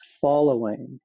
following